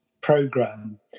program